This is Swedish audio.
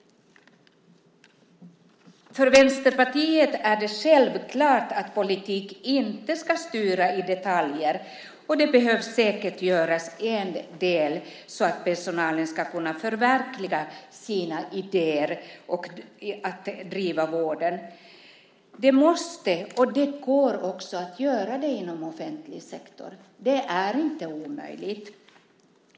För Vänsterpartiet är det självklart att politiken inte ska styra i detaljer, och det behöver säkert göras en del så att personalen ska kunna förverkliga sina idéer om att driva vården. Det går att göra det också inom offentlig sektor. Det är inte omöjligt.